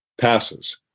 passes